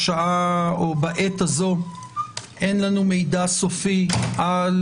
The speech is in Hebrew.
בעת הזאת אין לנו מידע סופי על